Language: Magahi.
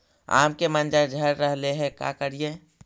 आम के मंजर झड़ रहले हे का करियै?